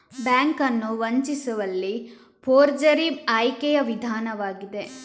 bank ಅನ್ನು ವಂಚಿಸುವಲ್ಲಿ forgery ಆಯ್ಕೆಯ ವಿಧಾನವಾಗಿದೆ